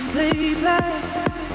Sleepless